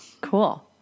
Cool